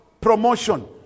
promotion